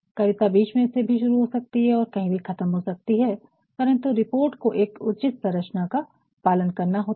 कविता बीच में से भी शुरू हो सकती है और कहीं भी खत्म हो सकती है परंतु रिपोर्ट को एक उचित संरचना का पालन करना होता है